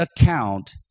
account